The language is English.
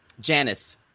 Janice